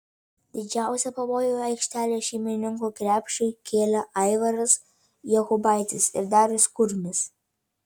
didžiausią pavojų aikštelės šeimininkų krepšiui kėlė aivaras jokubaitis ir darius kurmis